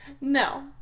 No